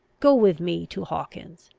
go with me to hawkins.